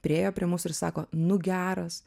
priėjo prie mūsų ir sako nu geras